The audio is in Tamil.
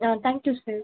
ah thank you sir